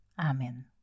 Amen